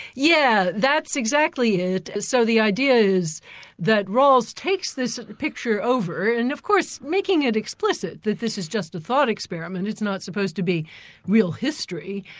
yeah that's exactly it. so the idea is that rawls takes this picture over and of course making it explicit that this is just a thought experiment, he's not supposed to be real history,